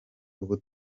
ubu